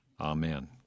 Amen